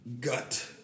gut